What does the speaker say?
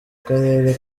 karere